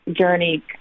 journey